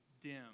dim